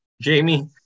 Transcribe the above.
Jamie